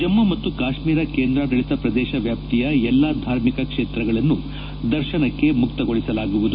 ಜಮ್ಮ ಮತ್ತು ಕಾಶ್ಮೀರ ಕೇಂದ್ರಾಡಳಿತ ಪ್ರದೇಶ ವ್ಯಾಪ್ತಿಯ ಎಲ್ಲಾ ಧಾರ್ಮಿಕ ಕ್ಷೇತ್ರಗಳನ್ನು ದರ್ಶನಕ್ಕೆ ಮುಕ್ತಗೊಳಿಸಲಾಗುವುದು